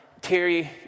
terry